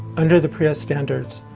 under the prea standards